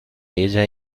ella